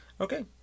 Okay